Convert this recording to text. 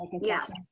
yes